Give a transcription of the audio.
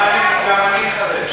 גם אני חרד.